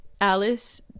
Alice